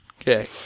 Okay